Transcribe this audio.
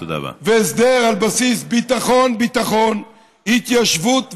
הסדר על בסיס ביטחון, התיישבות ופשרה.